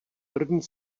první